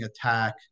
attack